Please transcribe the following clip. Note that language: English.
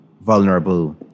vulnerable